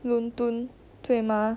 伦敦对吗